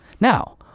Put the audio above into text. Now